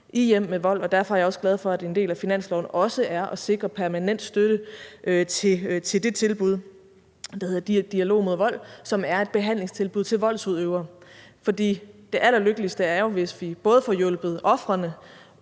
i hjem med vold. Derfor er jeg også glad for, at en del af finansloven også er at sikre permanent støtte til det tilbud, der hedder Dialog mod Vold, som er et behandlingstilbud til voldsudøvere, for det allerlykkeligste er jo, hvis vi både får hjulpet ofrene